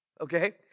okay